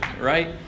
right